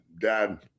dad